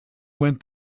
went